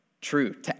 True